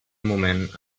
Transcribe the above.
moment